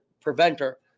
preventer